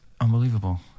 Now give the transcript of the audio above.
unbelievable